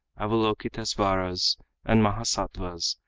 avalokitesvaras and mahasattva's,